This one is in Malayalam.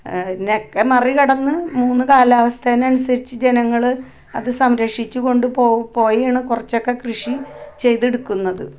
ഇതിനെ ഒക്കെ മറികടന്ന് മൂന്ന് കാലാവസ്ഥേനെ അനുസരിച്ച് ജനങ്ങള് അത് സംരക്ഷിച്ചു കൊണ്ടുപോ പോയാണ് കുറച്ചൊക്കെ കൃഷി ചെയ്തെടുക്കുന്നത്